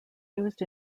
used